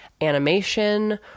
animation